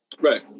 Right